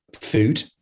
food